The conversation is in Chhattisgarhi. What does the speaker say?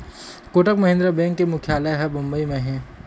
कोटक महिंद्रा बेंक के मुख्यालय ह बंबई म हे